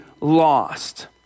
lost